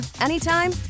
anytime